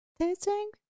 Teaching